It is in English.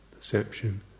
perception